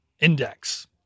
index